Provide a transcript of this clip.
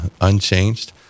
unchanged